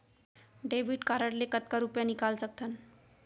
Debit card ले कतका रुपिया निकाल सकथन?